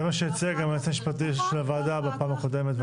זה מה שהציע גם היועץ המשפטי של הוועדה בפעם הקודמת.